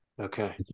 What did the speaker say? Okay